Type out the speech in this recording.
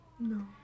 No